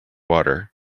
water